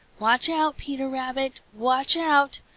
watch out, peter rabbit! watch out!